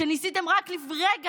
שניסיתם רק לפני רגע,